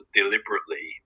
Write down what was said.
deliberately